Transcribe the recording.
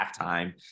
halftime